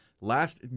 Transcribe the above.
Last